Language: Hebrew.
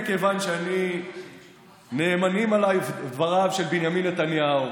מכיוון שנאמנים עליי דבריו של בנימין נתניהו,